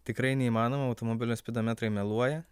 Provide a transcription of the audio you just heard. tikrai neįmanoma automobilio spidometrai meluoja